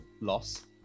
loss